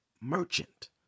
merchant